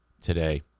today